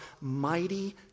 mighty